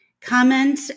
comment